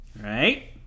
Right